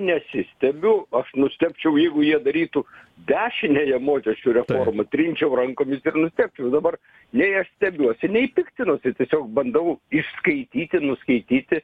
nesistebiu aš nustebčiau jeigu jie darytų dešiniąją mokesčių reformą trinčiau rankomis ir nustebčiau dabar nei aš stebiuosi nei piktinuosi tiesiog bandau išskaityti nuskaityti